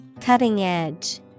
Cutting-edge